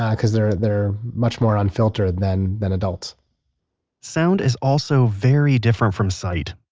because they're they're much more unfiltered than than adults sound is also very different from sight.